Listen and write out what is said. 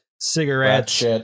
Cigarettes